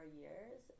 years